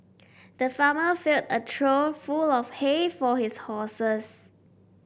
the farmer filled a trough full of hay for his horses